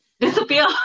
Disappear